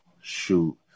Shoot